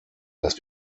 dass